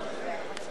14 בעד,